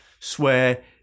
swear